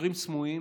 שוטרים סמויים